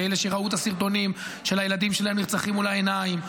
ואלה שראו את הסרטונים של הילדים שלהם נרצחים מול העיניים,